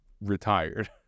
retired